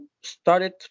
started